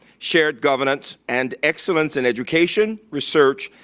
shared governance, and excellence in education, research,